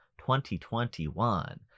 2021